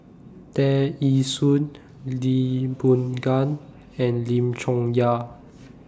Tear Ee Soon Lee Boon Ngan and Lim Chong Yah